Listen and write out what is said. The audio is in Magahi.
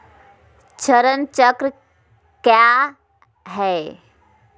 चरण चक्र काया है?